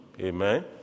Amen